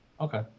Okay